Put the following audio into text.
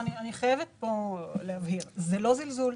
אני חייבת להבהיר: זה לא זלזול.